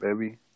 baby